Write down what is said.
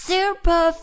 Super